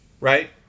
right